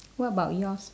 what about yours